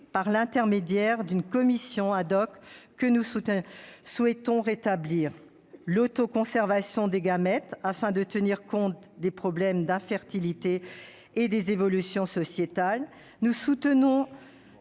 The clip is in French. par l'intermédiaire d'une commission que nous souhaitons rétablir. Nous soutenons l'autoconservation des gamètes, afin de tenir compte des problèmes d'infertilité et des évolutions sociétales. Nous défendons